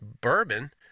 bourbon